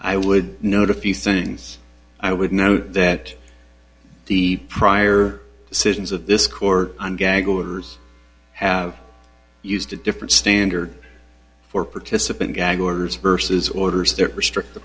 i would notify you things i would know that the prior decisions of this court and gag orders have used a different standard for participant gag orders versus orders restrict the